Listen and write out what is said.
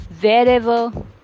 wherever